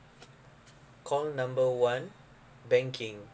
call number one banking